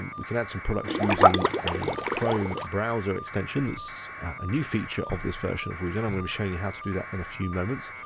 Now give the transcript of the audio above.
um we can add some products using a chrome browser extension that's a new feature of this version of woozone, i'm gonna be showing you how to do that in a few moments.